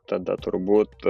tada turbūt